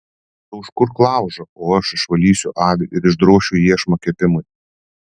tu užkurk laužą o aš išvalysiu avį ir išdrošiu iešmą kepimui